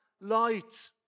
light